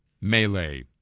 melee